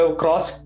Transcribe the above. cross